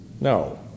No